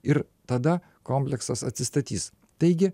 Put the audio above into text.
ir tada komplektas atsistatys taigi